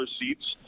seats